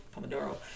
pomodoro